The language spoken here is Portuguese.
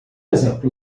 exemplo